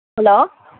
hello